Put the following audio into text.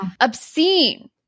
obscene